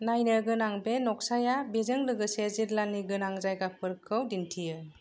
नायनो गोनां बे नक्साया बेजों लोगोसे जिल्लानि गोनां जायगाफोरखौ दिन्थियो